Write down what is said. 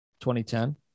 2010